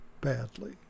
badly